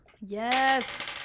Yes